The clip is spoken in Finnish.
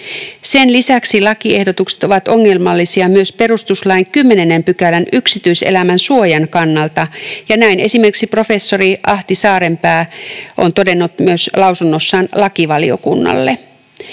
Sen lisäksi lakiehdotukset ovat ongelmallisia myös perustuslain 10 §:n yksityiselämän suojan kannalta, ja näin esimerkiksi professori Ahti Saarenpää on todennut myös lausunnossaan lakivaliokunnalle.